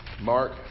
Mark